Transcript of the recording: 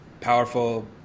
powerful